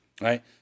right